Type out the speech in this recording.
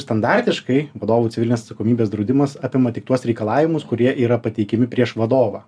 standartiškai vadovų civilinės atsakomybės draudimas apima tik tuos reikalavimus kurie yra pateikiami prieš vadovą